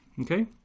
Okay